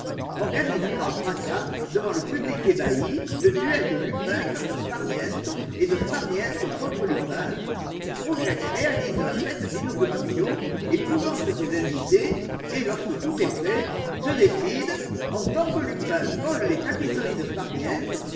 organise à grand fracas devant le public ébahi le duel de lupin contre sparmiento et de sparmiento contre lupin projette et réalise la fête d'inauguration épouvante ses invités et lorsque tout est prêt se décide en tant que lupin vole les tapisseries de sparmiento